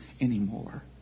anymore